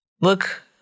Look